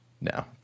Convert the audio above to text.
no